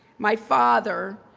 my father,